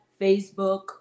Facebook